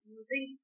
using